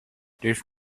this